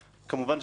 כמובן שבעינינו,